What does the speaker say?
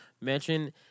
Mention